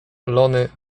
lony